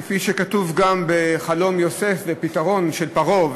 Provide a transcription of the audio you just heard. כפי שכתוב גם בחלום יוסף ובפתרון של חלום פרעה.